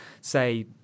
say